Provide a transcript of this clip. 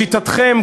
שיטתכם,